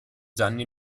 gianni